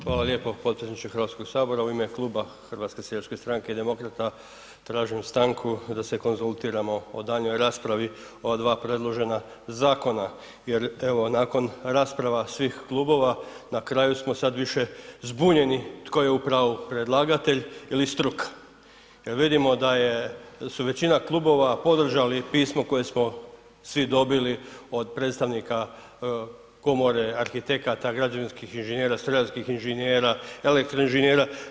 Hvala lijepo potpredsjedniče Hrvatskog sabora, u ime kluba HSS-a i Demokrata, tražim stanku da se konzultiramo o daljnjoj raspravi o ova dva predložena zakona jer evo nakon rasprava svih klubova, na kraju smo sad više zbunjeni tko je u pravu, predlagatelj ili struka jer vidimo da su većina klubova podržali pismo koje smo svi dobili od predstavnika komore arhitekata, građevinskih inženjera, strojarskih inženjera, elektroinženjera.